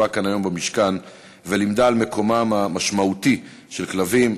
היום כאן במשכן ולימדה על מקומם המשמעותי של כלבים,